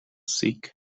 sick